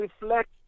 reflect